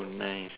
nice